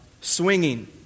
swinging